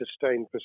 sustained